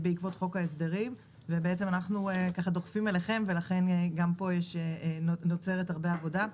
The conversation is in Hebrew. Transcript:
אנחנו נראה איך זה משפיע באמת,